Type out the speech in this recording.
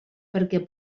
perquè